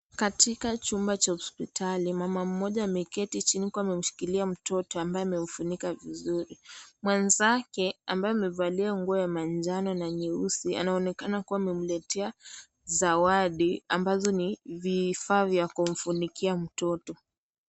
Katika chumba cha hospitali. Mama mmoja ameketi chini huku amemshikilia mtoto ambaye amefunika vizuri. Mwenzake ambaye amevalia nguo ya manjano na nyeusi. Anaonekana kwamba mletea zawadi ambazo ni vifaa vya kumfunikia mtoto.